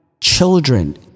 children